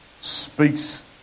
speaks